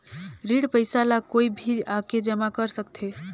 ऋण पईसा ला कोई भी आके जमा कर सकथे?